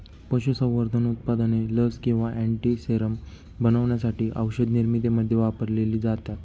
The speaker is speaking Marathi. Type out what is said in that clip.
पशुसंवर्धन उत्पादने लस किंवा अँटीसेरम बनवण्यासाठी औषधनिर्मितीमध्ये वापरलेली जातात